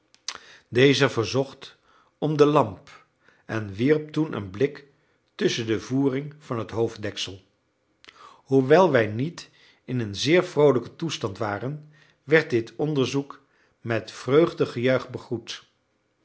deze verzocht om de lamp en wierp toen een blik tusschen de voering van het hoofddeksel hoewel wij niet in een zeer vroolijken toestand waren werd dit onderzoek met vreugdegejuich begroet